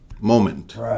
moment